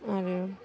आरो